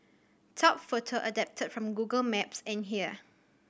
top photo adapted from Google Maps and here